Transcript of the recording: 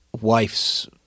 wife's